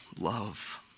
love